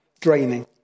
draining